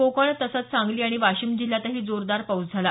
कोकण तसंच सांगली आणि वाशिम जिल्ह्यातही जोरदार पाऊस झाला